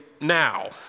now